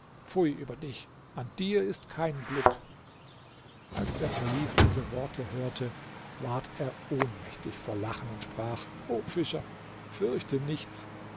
pfui über dich an dir ist kein glück als der kalif diese worte hörte ward er ohnmächtig vor lachen und sprach o fischer fürchte nichts